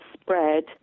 spread